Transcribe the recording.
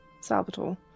Salvatore